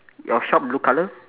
your shop blue colour